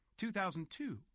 2002